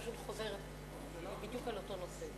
השאלה האחרונה פשוט חוזרת בדיוק על אותו נושא.